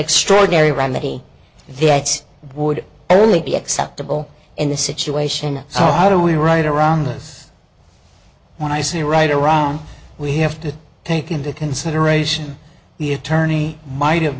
extraordinary remedy that would only be acceptable in the situation so how do we right around this when i say right around we have to take into consideration the attorney might